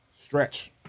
Stretch